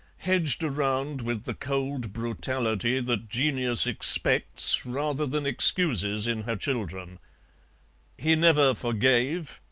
hedged around with the cold brutality that genius expects rather than excuses in her children he never forgave,